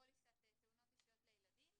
פוליסת תאונות אישיות לילדים